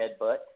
headbutt